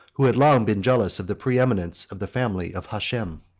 who had long been jealous of the preeminence of the family of hashem.